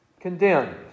Condemned